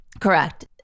Correct